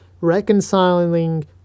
reconciling